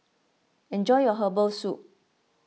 enjoy your Herbal Soup